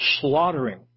slaughtering